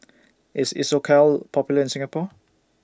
IS Isocal Popular in Singapore